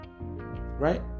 right